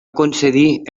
concedir